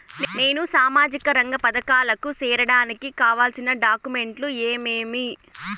నేను సామాజిక రంగ పథకాలకు సేరడానికి కావాల్సిన డాక్యుమెంట్లు ఏమేమీ?